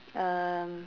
um